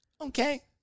Okay